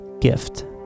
gift